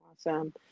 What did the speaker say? Awesome